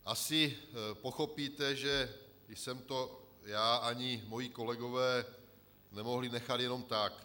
Asi pochopíte, že jsem to já ani moji kolegové nemohli nechat jenom tak.